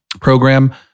program